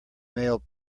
mailed